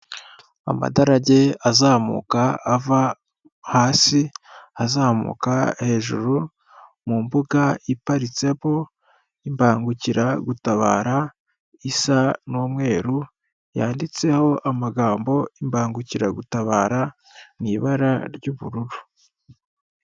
Amadarajye azamuka ava hasi, azamuka hejuru mu mbuga iparitsemo imbangukiragutabara isa n'umweru, yanditseho amagambo imbangukiragutabara mu ibara ry'ubururu.